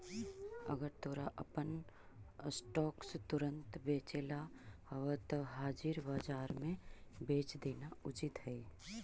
अगर तोरा अपन स्टॉक्स तुरंत बेचेला हवऽ त हाजिर बाजार में बेच देना उचित हइ